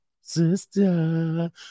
Sister